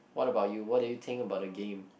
what about you what do you think about the game